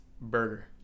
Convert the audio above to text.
burger